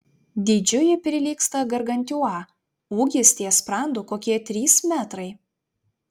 dydžiu ji prilygsta gargantiua ūgis ties sprandu kokie trys metrai